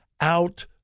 out